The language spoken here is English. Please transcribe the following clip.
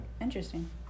Interesting